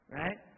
right